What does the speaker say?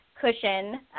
cushion